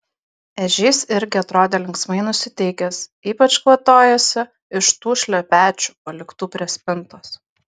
ežys irgi atrodė linksmai nusiteikęs ypač kvatojosi iš tų šlepečių paliktų prie spintos